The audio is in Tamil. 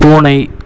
பூனை